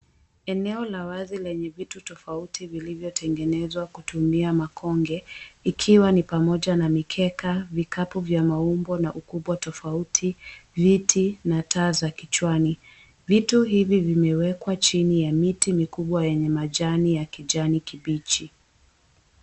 Eneo la wazi lenye vitu tofauti vilivyotengenezwa kutumia makonge ikiwa ni pamoja na mikeka, vikapu vya maumbo na ukubwa tofauti, viti na taa za kichwani. Vitu hivi vimewekwa chini ya miti mikubwa yenye majani ya kijani kibichi.